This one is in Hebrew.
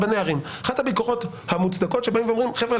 אחת הביקורות המוצדקות היא שבאים ואומרים: חבר'ה,